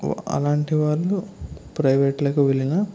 అలాంటి వాళ్ళు ప్రైవేట్లకి వెళ్ళినా